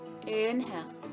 inhale